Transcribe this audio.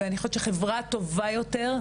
אני חושבת שחברה טובה יותר,